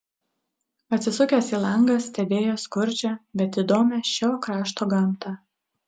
atsisukęs į langą stebėjo skurdžią bet įdomią šio krašto gamtą